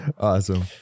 awesome